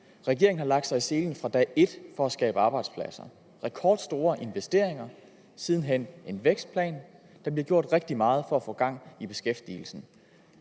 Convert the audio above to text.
Regeringen har lagt sig i selen fra dag et for at skabe arbejdspladser: rekordstore investeringer og siden hen en vækstplan. Der bliver gjort rigtig meget for at få gang i beskæftigelsen.